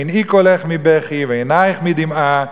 מנעי קולך מבכי ועיניך מדמעה,